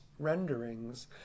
renderings